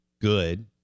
good